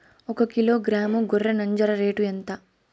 ఒకకిలో గ్రాము గొర్రె నంజర రేటు ఎంత?